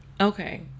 Okay